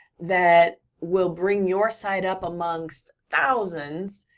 that will bring your site up amongst thousands,